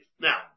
Now